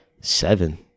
seven